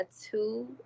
two-